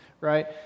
right